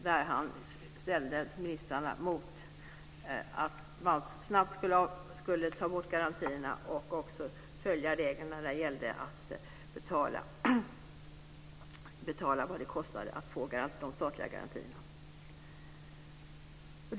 Där framställde han att ministrarna nu snabbt skulle ta bort garantierna och också följa reglerna när det gällde att betala vad det kostade att få de statliga garantierna.